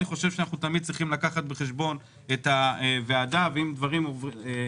אני סבור שאנחנו תמיד צריכים לקחת בחשבון את הוועדה ואם דברים משפיעים